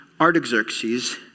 Artaxerxes